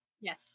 Yes